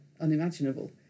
unimaginable